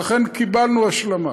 ואכן קיבלנו השלמה.